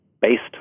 based